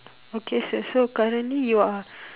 okay sir so currently you are